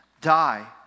die